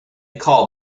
call